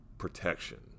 protection